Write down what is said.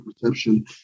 perception